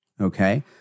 Okay